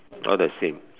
all the same